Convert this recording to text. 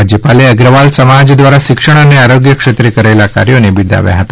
રાજ્યપાલે અગ્રવાલ સમાજ દ્વારા શિક્ષણ અને આરોગ્ય ક્ષેત્રે કરેલા કાર્યોને બિરદાવ્યા હતા